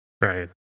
Right